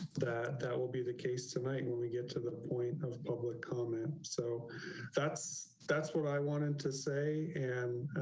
that, that will be the case. tonight, when we get to the point of public comment. so that's, that's what i wanted to say and